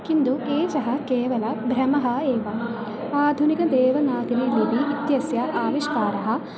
किन्तु एषः केवलः आधुनिकदेवनागरिलिपिः इत्यस्य आविष्कारः